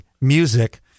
music